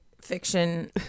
Fiction